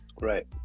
Right